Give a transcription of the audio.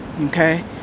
Okay